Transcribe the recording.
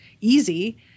easy